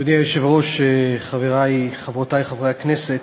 אדוני היושב-ראש, חברי וחברותי חברי הכנסת,